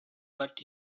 but